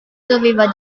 doveva